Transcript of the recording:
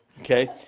Okay